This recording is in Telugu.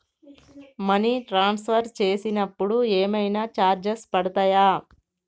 మనీ ట్రాన్స్ఫర్ చేసినప్పుడు ఏమైనా చార్జెస్ పడతయా?